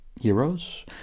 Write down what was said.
heroes